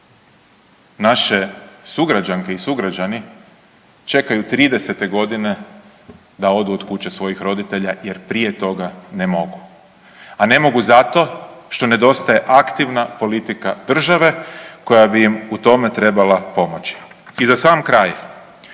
Naše sugrađanke i sugrađani čekaju 30-te godine da odu od kuće svojih roditelja jer prije toga ne mogu. A ne mogu zato što nedostaje aktivna politika države koja bi im u tome trebala pomoći. I za sam kraj,